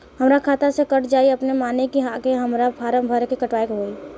हमरा खाता से कट जायी अपने माने की आके हमरा फारम भर के कटवाए के होई?